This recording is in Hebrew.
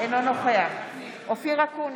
אינו נוכח אופיר אקוניס,